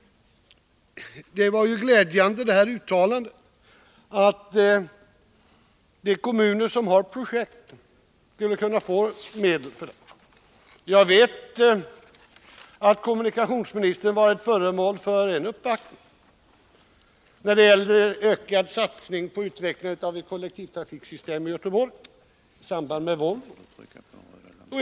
Det var glädjande med uttalandet att de kommuner som har projekt skall kunna få medel till dem. Jag vet att kommunikationsministern varit föremål för en uppvaktning som gällde ökad satsning på utveckling av ett kollektivtrafiksystem i Göteborg i samarbete med Volvo.